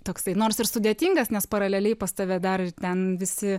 toksai nors ir sudėtingas nes paraleliai pas tave dar ir ten visi